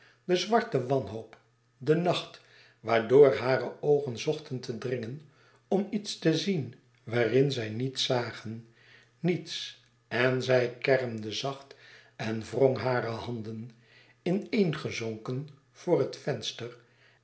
de zwarte wanhoop de nacht waardoor hare oogen zochten te dringen om iets te zien waarin zij niets zagen niets en zij kermde zacht en wrong hare handen ineengezonken voor het venster